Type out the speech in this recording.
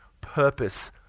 purpose